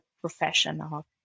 professional